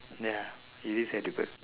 ya it is edible